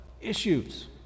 issues